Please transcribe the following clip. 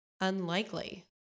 unlikely